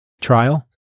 trial